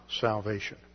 salvation